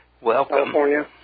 Welcome